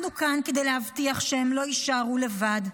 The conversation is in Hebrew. אנחנו כאן כדי להבטיח שהם לא יישארו לבד,